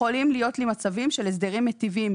יכולים להיות לי מצבים של הסדרים מיטיבים,